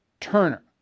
Turner